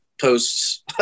posts